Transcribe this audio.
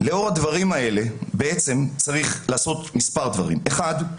לאור הדברים האלה צריך לעשות מספר דברים: דבר אחד,